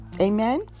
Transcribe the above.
Amen